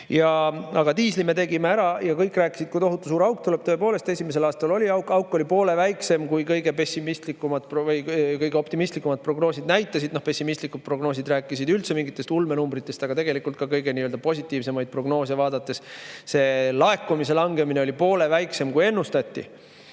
me tegime selle ära ja kõik rääkisid, kui tohutu suur auk tuleb. Tõepoolest, esimesel aastal oli auk, aga auk oli poole väiksem, kui kõige optimistlikumad prognoosid näitasid. Pessimistlikud prognoosid rääkisid üldse mingitest ulmenumbritest, aga ka kõige positiivsemaid prognoose vaadates oli see laekumise langemine poole väiksem, kui ennustati.